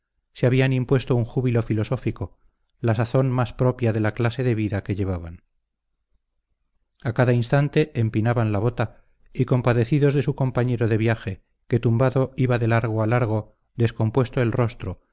se habían impuesto un júbilo filosófico la sazón más propia de la clase de vida que llevaban a cada instante empinaban la bota y compadecidos de su compañero de viaje que tumbado iba de largo a largo descompuesto el rostro